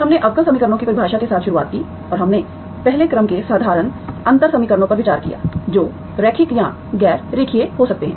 हमने अवकल समीकरणों की परिभाषा के साथ शुरुआत की और हमने पहले क्रम के साधारण अंतर समीकरणों पर विचार किया जो रैखिक या गैर रेखीय हो सकते हैं